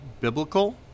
biblical